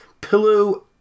Pillow